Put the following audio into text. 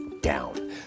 down